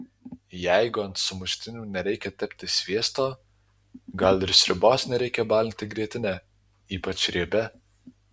jeigu ant sumuštinių nereikia tepti sviesto gal ir sriubos nereikia balinti grietine ypač riebia